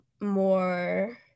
more